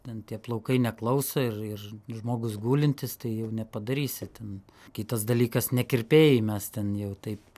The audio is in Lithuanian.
ten tie plaukai neklauso ir ir žmogus gulintis tai jau nepadarysi ten kitas dalykas ne kirpėjai mes ten jau taip